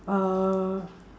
uh